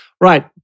Right